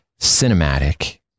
cinematic